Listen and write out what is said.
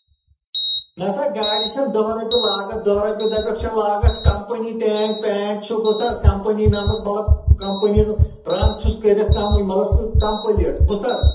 نہ سا گاڑِ چھےٚ دَہ رۄپیہِ لاگَتھ دَہ رۄپیہِ دَپَکھ چھےٚ لاگَتھ کَمپٔنی ٹینٛگ پینٛٹ چھُ بوٗزتھٕ حظ کَمپٔنی نَمبر مطلب کَمپٔنۍ رنٛگ چھُس کٔرِتھ کَمٕے مطلب سُہ کَمپٔلیٖٹ بوٗزتھٕ حظ